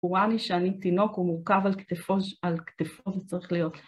הוא ראה לי שאני תינוק ומורכב על כתפו, על כתפו שצריך להיות.